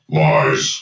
lies